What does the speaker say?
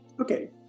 Okay